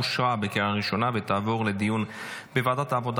אושרה בקריאה ראשונה ותעבור לדיון בוועדת העבודה